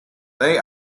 they